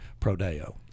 Prodeo